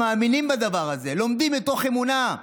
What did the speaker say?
הם מאמינים בדבר הזה, לומדים מתוך אמונה,